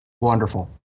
Wonderful